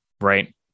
right